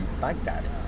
Baghdad